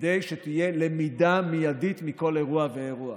כדי שתהיה למידה מיידית מכל אירוע ואירוע.